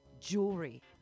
jewelry